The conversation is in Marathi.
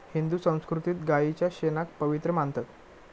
हिंदू संस्कृतीत गायीच्या शेणाक पवित्र मानतत